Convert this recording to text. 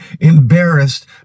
embarrassed